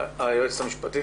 חבר הכנסת סער,